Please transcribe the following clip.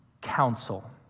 counsel